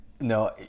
No